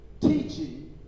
teaching